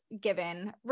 given